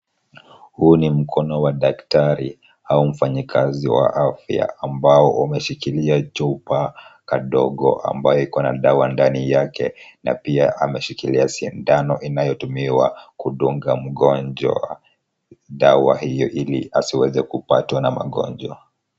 Huu ni mkono wa daktari au mfanyakazi wa afya ambao umeshikilia chupa kadogo, ambayo iko na dawa ndani yake, na pia ameshikilia sindano inayotumiwa kudunga mgonjwa dawa hiyo ili asiweze kupatwa na magonjwa.